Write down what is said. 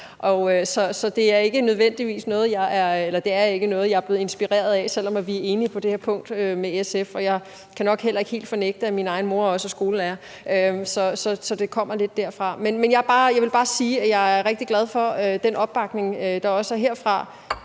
så det er ikke noget, jeg er blevet inspireret af, selv om vi er enige med SF på det her punkt. Og jeg kan nok heller ikke helt fornægte, at min egen mor også er skolelærer, så det kommer lidt derfra. Men jeg vil bare sige, at jeg er rigtig glad for den opbakning, der også er herfra.